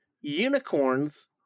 unicorns